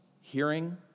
hearing